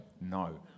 No